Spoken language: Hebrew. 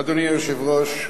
אדוני היושב-ראש,